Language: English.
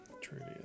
truly